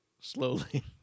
slowly